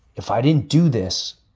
if i didn't do this.